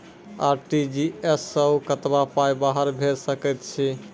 RTGS सअ कतबा पाय बाहर भेज सकैत छी?